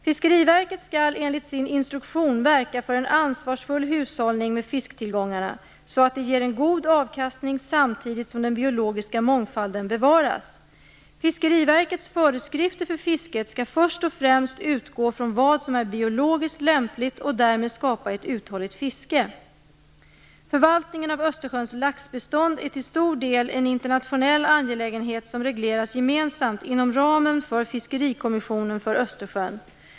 Fiskeriverket skall enligt sin instruktion verka för en ansvarsfull hushållning med fisktillgångarna så att de ger en god avkastning samtidigt som den biologiska mångfalden bevaras. Fiskeriverkets föreskrifter för fisket skall först och främst utgå från vad som är biologiskt lämpligt och därmed skapa ett uthålligt fiske. Förvaltningen av Östersjöns laxbestånd är till stor del en internationell angelägenhet som regleras gemensamt inom ramen för Fiskerikommissionen för Östersjön.